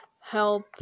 help